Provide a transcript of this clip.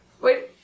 Wait